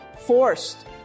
forced